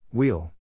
Wheel